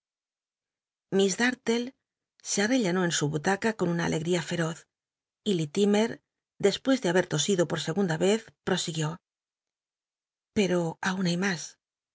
iss darllc se anellanó en su butaca con una alegl'ia feroz y littimcr dcspucs de haber tosido por segunda i'c z prosiguió pcro aun hay mas